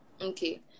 Okay